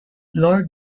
lord